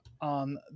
on